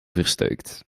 verstuikt